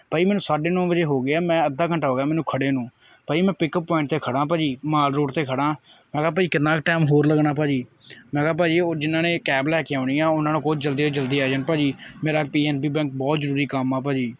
ਭਾਅ ਜੀ ਮੈਨੂੰ ਸਾਢੇ ਨੌਂ ਵਜੇ ਗਏ ਮੈਂ ਅੱਧਾ ਘੰਟਾ ਹੋ ਗਿਆ ਮੈਨੂੰ ਖੜੇ ਨੂੰ ਭਾਅ ਜੀ ਮੈਂ ਪਿੱਕ ਅੱਪ ਪੁਆਇੰਟ ਤੇ ਖੜਾ ਭਾਅ ਜੀ ਮਾਲ ਰੋੜ 'ਤੇ ਖੜਾ ਮੈਂ ਕਿਹਾ ਭਾਅ ਜੀ ਕਿੰਨਾ ਕੁ ਟੈਮ ਹੋਰ ਲੱਗਣਾ ਭਾਅ ਜੀ ਮੈਂ ਕਿਹਾ ਭਾਅ ਜੀ ਉਹ ਜਿਨ੍ਹਾਂ ਨੇ ਕੈਬ ਲੈ ਕੇ ਆਉਣੀ ਆ ਉਨ੍ਹਾਂ ਨੂੰ ਕਹੋ ਜਲਦੀ ਤੋਂ ਜਲਦੀ ਆ ਜਾਣ ਭਾਅ ਜੀ ਮੇਰਾ ਪੀ ਐੱਨ ਬੀ ਬੈਂਕ ਬਹੁਤ ਜਰੂਰੀ ਕੰਮ ਐ ਭਾਅ ਜੀ